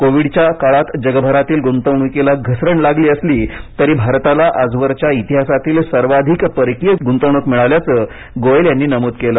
कोविडच्या काळात जगभरातील गुंतवणुकीला घसरण लागली असली तरी भारताला आजवरच्या इतिहासातील सर्वाधिक परकीय गुंतवणूक मिळाल्याचं गोयल यांनी नमूद केलं